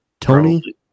Tony